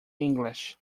english